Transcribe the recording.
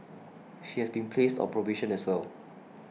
she has been placed on probation as well